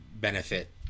benefit